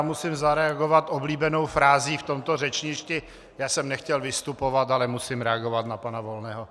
Musím zareagovat oblíbenou frází v tomto řečništi: Já jsem nechtěl vystupovat, ale musím reagovat na pana Volného.